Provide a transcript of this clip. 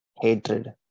Hatred